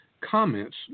comments